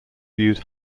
viewed